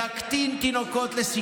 תקטין סיכון לתינוקות.